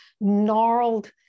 gnarled